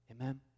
Amen